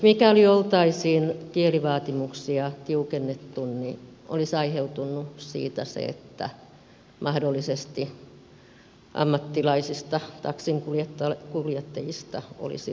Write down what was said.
mikäli oltaisiin kielivaatimuksia tiukennettu olisi siitä aiheutunut se että ammattimaisista taksinkuljettajista olisi mahdollisesti tullut puutetta